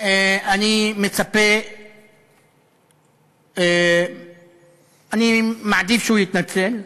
אני מצפה, אני מעדיף שהוא יתנצל,